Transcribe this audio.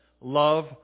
love